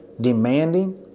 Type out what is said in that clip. demanding